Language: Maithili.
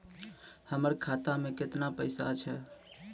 हमर खाता मैं केतना पैसा छह?